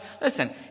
Listen